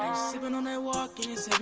subpoena network.